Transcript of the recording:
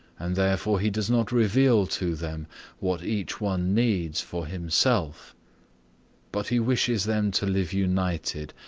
and therefore he does not reveal to them what each one needs for himself but he wishes them to live united,